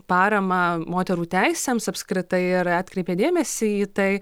paramą moterų teisėms apskritai ir atkreipė dėmesį į tai